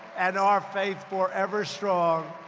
and our faith forever strong,